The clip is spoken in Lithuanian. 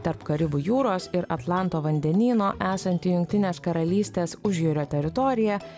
tarp karibų jūros ir atlanto vandenyno esanti jungtinės karalystės užjūrio teritorija